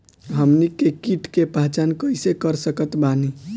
हमनी के कीट के पहचान कइसे कर सकत बानी?